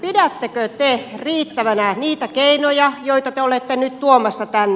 pidättekö te riittävinä niitä keinoja joita te olette nyt tuomassa tänne